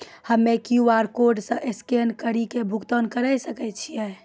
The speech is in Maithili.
हम्मय क्यू.आर कोड स्कैन कड़ी के भुगतान करें सकय छियै?